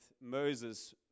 Moses